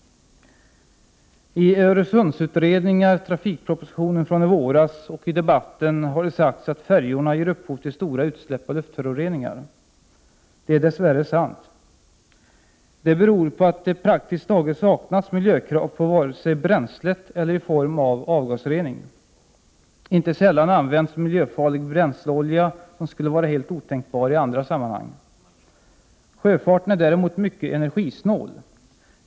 le gng AA a ER I Öresundsutredningar, trafikpropositionen från i våras och i debatten har det sagts att färjorna ger upphov till stora utsläpp av luftföroreningar. Det är dess värre sant! Det beror på att det praktiskt taget saknas miljökrav både på bränslet och i form av avgasrening. Inte sällan används miljöfarlig bränsleolja som skulle vara helt otänkbar i andra sammanhang. Sjöfarten är däremot mycket energisnål.